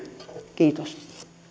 kiitos